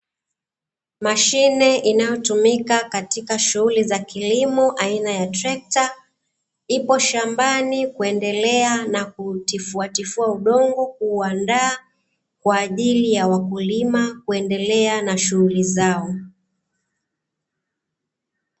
Mashine inayotumika katika shughuli za kilimo aina ya trekata ipo shambani kwendelea na kutifua tifua udongo kuuanda kwa ajili ya wakulima kuendelea na shughuli zao.